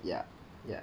ya ya